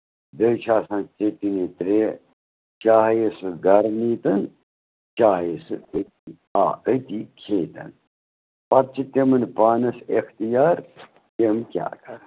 بیٚیہِ چھِ آسان ژیٹنہِ ترٛےٚ چاہے سُہ گرٕ نیٖی تَن چاہے سُہ أتی آ أتی کھیٚیہِ تَن پَتہٕ چھُ تِمَن پانَس اختِیار تِم کیٛاہ کَرَن